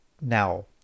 Now